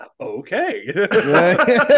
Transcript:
okay